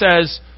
says